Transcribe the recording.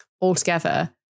altogether